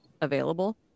available